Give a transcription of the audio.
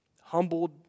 humbled